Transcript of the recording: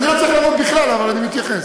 אני לא צריך לענות בכלל, אבל אני מתייחס.